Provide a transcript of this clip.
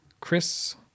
chris